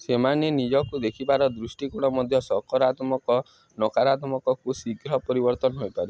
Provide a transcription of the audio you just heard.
ସେମାନେ ନିଜକୁ ଦେଖିବାର ଦୃଷ୍ଟିକୋଣ ମଧ୍ୟ ସକାରାତ୍ମକ ନକାରାତ୍ମକକୁ ଶୀଘ୍ର ପରିବର୍ତ୍ତନ ହୋଇପାରେ